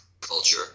culture